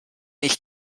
ich